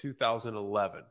2011